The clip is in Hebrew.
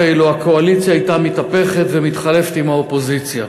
אילו הקואליציה הייתה מתהפכת ומתחלפת עם האופוזיציה,